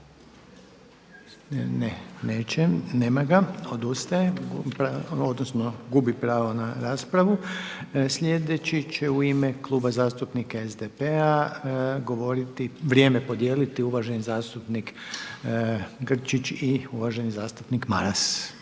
Nema ga, gubi pravo na raspravu. Sljedeći će u ime Kluba zastupnika SDP-a govoriti, vrijeme podijeliti uvaženi zastupnik Grčić i uvaženi zastupnik Maras.